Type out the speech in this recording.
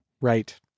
Right